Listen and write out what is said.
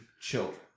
children